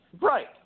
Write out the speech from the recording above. Right